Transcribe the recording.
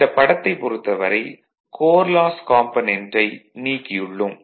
இந்தப் படத்தை பொறுத்தவரை கோர் லாஸ் காம்பனென்டை நீக்கியுள்ளோம்